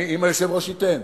אם היושב-ראש ייתן?